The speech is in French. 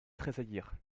tressaillirent